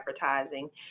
advertising